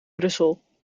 brussel